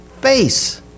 face